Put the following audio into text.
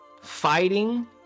fighting